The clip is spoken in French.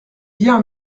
bien